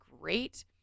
great